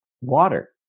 Water